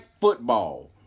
football